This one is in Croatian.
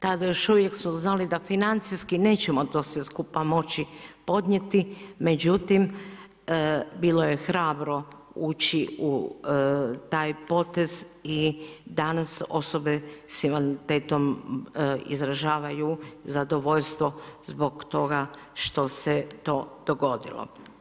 Tada smo još uvijek smo znali da financijski nećemo moći to sve skupa podnijeti, međutim bilo je hrabro ući u taj potez i danas osobe s invaliditetom izražavaju zadovoljstvo zbog toga što se to dogodilo.